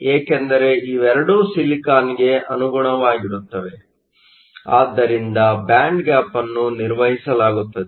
ಏಕೆಂದರೆ ಇವೆರಡೂ ಸಿಲಿಕಾನ್ಗೆ ಅನುಗುಣವಾಗಿರುತ್ತವೆ ಆದ್ದರಿಂದ ಬ್ಯಾಂಡ್ ಗ್ಯಾಪ್ ಅನ್ನು ನಿರ್ವಹಿಸಲಾಗುತ್ತದೆ